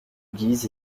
guise